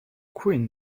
queen